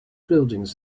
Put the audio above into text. buildings